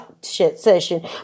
session